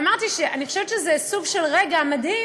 אמרתי שאני חושבת שזה סוג של רגע מדהים